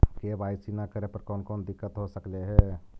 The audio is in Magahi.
के.वाई.सी न करे पर कौन कौन दिक्कत हो सकले हे?